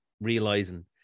realizing